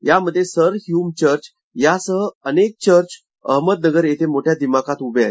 त्यामध्ये sir Hume church यासह अनेक चर्च अहमदनगर येथे मोठ्या दिमाखात उभे आहेत